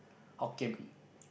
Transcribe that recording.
Hokkien Mee